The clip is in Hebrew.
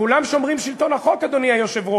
כולם שומרים על שלטון החוק, אדוני היושב-ראש,